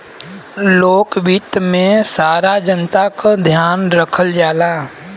लोक वित्त में सारा जनता क ध्यान रखल जाला